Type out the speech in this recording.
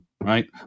right